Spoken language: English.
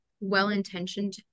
well-intentioned